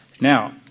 Now